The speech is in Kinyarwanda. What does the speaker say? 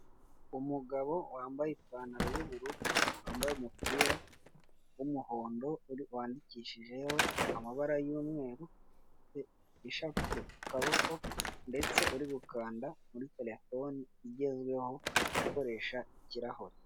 Umugabo wambaye ipantaro y'ubururu, wambaye umupira w'umuhondo wandikishijeho amabara y'umweru, ufite ishapule ku kaboko ndetse uri gukanda muri telefone igezweho ikoresha ikirahure.